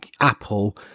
Apple